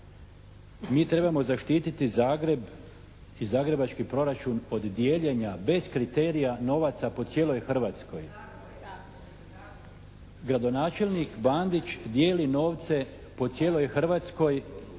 Mi trebamo zaštiti Zagreb i zagrebački proračun od dijeljenja bez kriterija novaca po cijeloj Hrvatskoj. Gradonačelnik Bandić dijeli novce po cijeloj Hrvatskoj